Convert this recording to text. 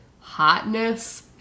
hotness